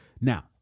Now